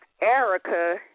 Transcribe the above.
Erica